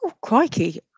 crikey